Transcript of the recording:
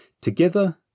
Together